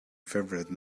favorite